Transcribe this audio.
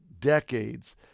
decades